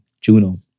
Juno